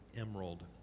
emerald